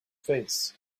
face